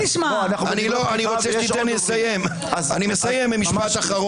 אני מסיים במשפט.